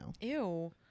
Ew